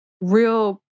real